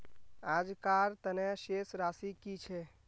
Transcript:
आजकार तने शेष राशि कि छे?